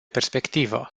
perspectivă